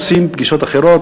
עושים פגישות אחרות,